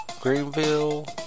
Greenville